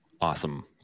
awesome